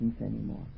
anymore